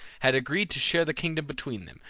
had agreed to share the kingdom between them,